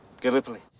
Gallipoli